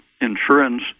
insurance